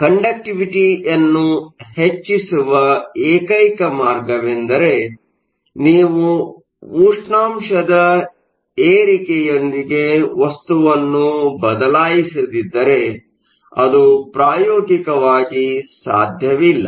ಆದ್ದರಿಂದ ಕಂಡಕ್ಟಿವಿಟಿಯನ್ನು ಹೆಚ್ಚಿಸುವ ಏಕೈಕ ಮಾರ್ಗವೆಂದರೆ ನೀವು ಉಷ್ಣಾಂಶದ ಏರಿಕೆಯೊಂದಿಗೆ ವಸ್ತುವನ್ನು ಬದಲಾಯಿಸಿದಿದ್ದರೆ ಅದು ಪ್ರಾಯೋಗಿಕವಾಗಿ ಸಾದ್ಯವಿಲ್ಲ